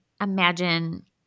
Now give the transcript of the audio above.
imagine –